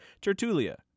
Tertulia